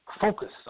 Focus